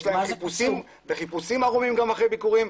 יש גם חיפושים אחרי ביקורים.